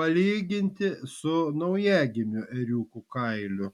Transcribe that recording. palyginti su naujagimių ėriukų kailiu